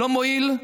לא מועיל.